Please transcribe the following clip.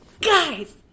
guys